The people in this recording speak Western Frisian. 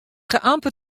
amper